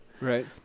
right